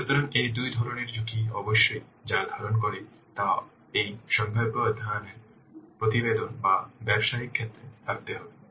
সুতরাং এই দুই ধরণের ঝুঁকি অবশ্যই যা ধারণ করে তা অবশ্যই এই সম্ভাব্য অধ্যয়ন প্রতিবেদন বা ব্যবসায়িক ক্ষেত্রে থাকতে হবে